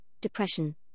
depression